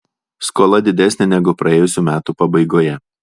skola didesnė negu praėjusių metų pabaigoje